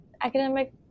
academic